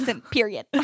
period